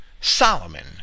Solomon